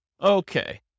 Okay